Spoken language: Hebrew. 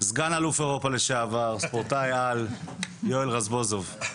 סגן אלוף אירופה לשעבר, ספורטאי-על, יואל רזבוזוב.